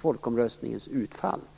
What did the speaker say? folkomröstningens utfall.